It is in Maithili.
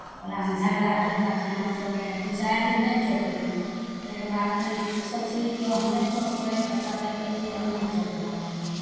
ओकरामे झगड़ा भेल ओकरा केनाहुतोके दू चारि दिन नहि टोकली ताहिके बाद फेर सोचली कि ओ हम नहि टोकबै तऽ कहतै कि जे नहि टोकलखिन